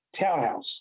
townhouse